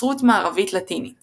נצרות מערבית-לטינית